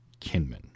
Kinman